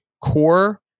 core